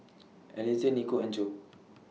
Eliezer Nikko and Jo